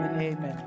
Amen